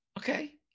Okay